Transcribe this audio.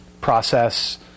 process